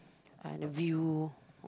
uh the view